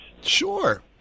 Sure